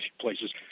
places